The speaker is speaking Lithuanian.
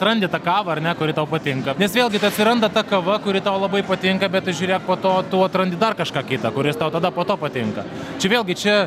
atrandi tą kavą ar ne kuri tau patinka nes vėlgi atsiranda ta kava kuri tau labai patinka bet žiūrėk po to tu atrandi dar kažką kitą kuris tau tada po to patinka čia vėlgi čia